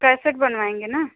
cassette बनवाएंगे ना